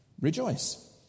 Rejoice